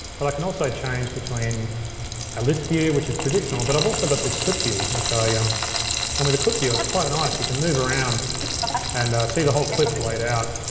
but i can also change between a list view, which is traditional, but i've also got this clip view, which i, um and with the clip the ah clip ah you can move around and see the whole clips laid out.